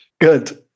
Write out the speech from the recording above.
Good